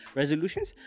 resolutions